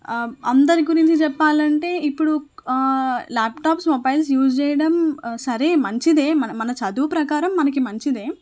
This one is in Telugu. అందరి గురించి చెప్పాలంటే ఇప్పుడు ల్యాప్టాప్స్ మొబైల్స్ యూజ్ చేయడం సరే మంచిదే మన మన చదువు ప్రకారం మనకి మంచిదే